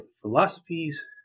philosophies